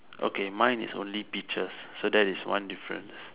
okay mine is only peaches so that is one difference